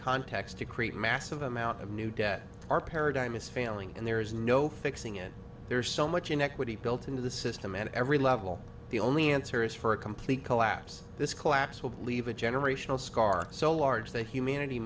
context to create a massive amount of new debt our paradigm is failing and there is no fixing it there's so much inequity built into the system at every level the only answer is for a complete collapse this collapse will leave a generational scar so large that humanity